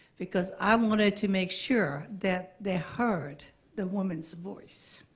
because i wanted to make sure that they heard the woman's voice.